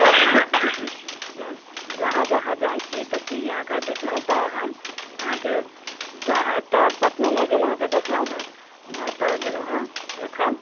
जहाँ जहाँ जाइ छी तऽ चिड़िआघर देखलहुँ तऽ हम अहाँके गो ओतऽ पटनोमे गेलहुँ हँ तऽ देखलहुँ हँ एतहु गेलहुँ हँ एखन